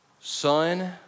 son